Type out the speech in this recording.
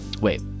Wait